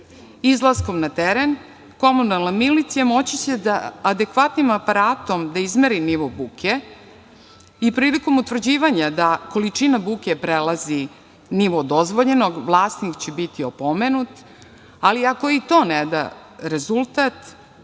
objekata. Izlaskom na teren komunalna milicija moći će adekvatnim aparatom da izmeri nivo buke i prilikom utvrđivanja da količina buke prelazi nivo dozvoljenog, vlasnik će biti opomenut, ali ako i to ne da rezultat